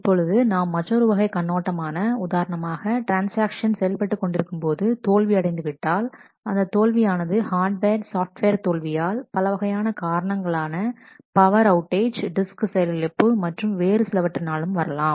இப்பொழுது நாம் மற்றொரு வகை கண்ணோட்டம் ஆன உதாரணமாக ட்ரான்ஸ்ஆக்ஷன் செயல்பட்டு கொண்டிருக்கும் போது தோல்வி அடைந்துவிட்டால் அந்த தோல்வியானது ஹார்டுவேர் சாஃப்ட்வேர் தோல்வியால் பலவகையான காரணங்களான பவர் அவுடேஜ் டிஸ்க் செயலிலப்பு மற்றும் வேறு சிலவற்றினாலும் வரலாம்